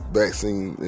vaccine